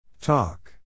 Talk